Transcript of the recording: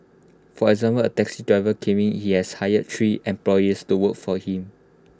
for example A taxi driver claiming he has hired three employees to work for him